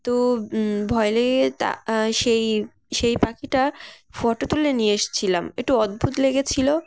তো ভয় লেগে তা সেই সেই পাখি টা ফটো তুলে নিয়ে এসেছিলাম একটু অদ্ভুত লেগেছিলো